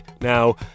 Now